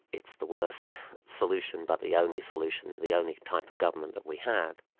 it's the worst solution but the only solution, the only type of government that we have.